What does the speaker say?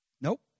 Nope